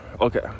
Okay